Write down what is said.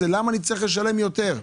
למה אני צריך לשלם יותר,